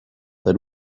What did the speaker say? that